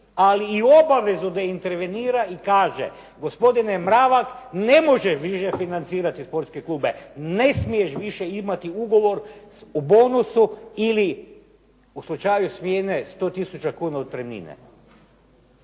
ali i obavezu da intervenira i kaže gospodine Mravak ne može više financirati sportske klubove. Ne smiješ više imati ugovor o bonusu ili u slučaju smjene 100 tisuća kuna otpremnine.